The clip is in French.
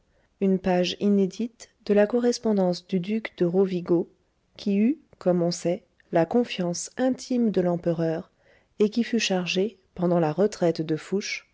une page inédite de la correspondance du duc de rovigo qui eut comme on sait la confiance intime de l'empereur et qui fut chargé pendant la retraite de fouché